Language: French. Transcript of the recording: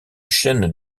chaîne